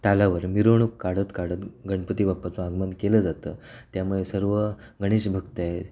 तालावर मिरवणूक काढतकाढत गणपती बाप्पाचं आगमन केलं जातं त्यामुळे सर्व गणेश भक्त आहेत